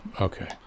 Okay